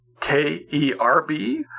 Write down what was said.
K-E-R-B